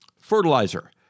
fertilizer